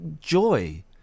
joy